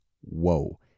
whoa